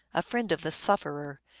a friend of the sufferer,